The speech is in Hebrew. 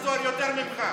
אני למדתי היסטוריה יותר ממך.